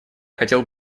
хотел